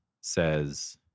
says